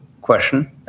question